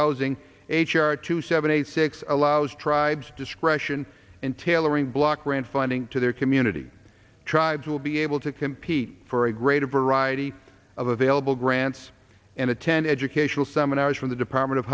housing h r two seven eight six allows tribes discretion and tailoring block grant funding to their community tribes will be able to compete for a greater variety of available grants and attend educational seminars from the department of